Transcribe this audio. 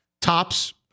tops